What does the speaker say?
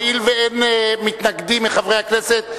הואיל ואין מתנגדים מחברי הכנסת,